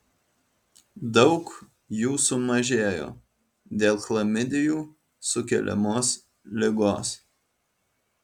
daug jų sumažėjo dėl chlamidijų sukeliamos ligos